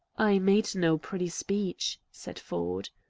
i made no pretty speech, said ford.